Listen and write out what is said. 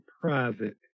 private